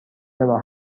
راه